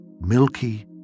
Milky